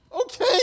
Okay